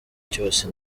cyose